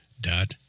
dot